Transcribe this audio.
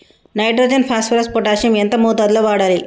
Nitrogen phosphorus potassium ఎంత మోతాదు లో వాడాలి?